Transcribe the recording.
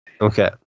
Okay